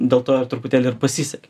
dėl to ir truputėlį ir pasisekė